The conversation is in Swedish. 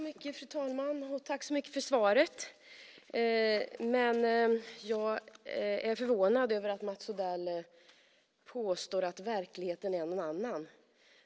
Fru talman! Tack för svaret, statsrådet! Jag är förvånad över att Mats Odell påstår att verkligheten är en annan.